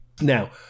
Now